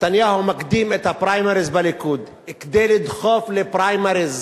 נתניהו מקדים את הפריימריז בליכוד כדי לדחוף לפריימריז